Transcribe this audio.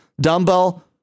Dumbbell